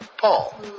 Paul